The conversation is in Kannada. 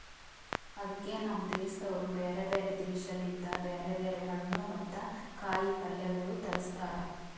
ಅದುಕೆ ನಮ್ ದೇಶದವರು ಬ್ಯಾರೆ ಬ್ಯಾರೆ ದೇಶ ಲಿಂತ್ ಬ್ಯಾರೆ ಬ್ಯಾರೆ ಹಣ್ಣು ಮತ್ತ ಕಾಯಿ ಪಲ್ಯಗೊಳ್ ತರುಸ್ತಾರ್